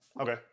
Okay